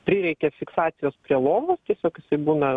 prireikia fiksacijos prie lovos tiesiog būna